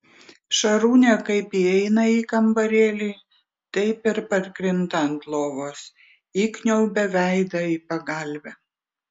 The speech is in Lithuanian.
šarūnė kaip įeina į kambarėlį taip ir parkrinta ant lovos įkniaubia veidą į pagalvę